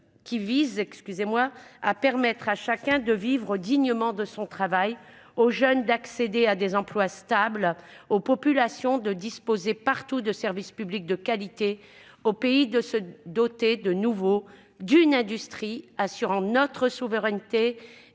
qui vise à permettre à chacun de vivre dignement de son travail, aux jeunes d'accéder à des emplois stables, aux populations de disposer partout de services publics de qualité, au pays de se doter de nouveau d'une industrie à la fois garante de notre souveraineté